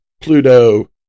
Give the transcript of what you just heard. Pluto